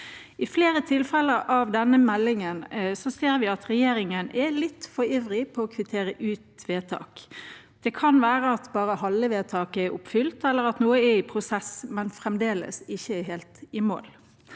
I flere tilfeller av denne meldingen ser vi at regjeringen er litt for ivrig på å kvittere ut vedtak. Det kan være at bare halve vedtaket er oppfylt, eller at noe er i prosess, men fremdeles ikke er helt i mål.